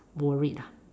worried ah